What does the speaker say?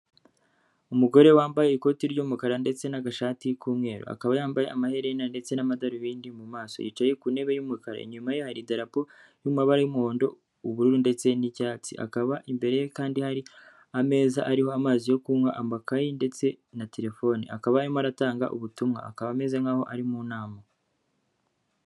Umugore wambaye ikoti ry'umukara ndetse n'agashati k'umweru. Akaba yambaye amaherena ndetse n'amadarubindi mu maso. Yicaye ku ntebe y'umukara. Inyuma ye hari idarapo riri mu mabara y'umuhondo, ubururu ndetse n'icyatsi. Akaba imbere ye kandi hari ameza ariho amazi yo kunywa, amakayi ndetse na terefone. Akaba arimo aratanga ubutumwa. Akaba ameze nk'aho ari mu nama.